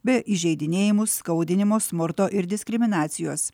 be įžeidinėjimų skaudinimo smurto ir diskriminacijos